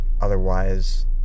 Otherwise